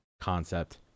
concept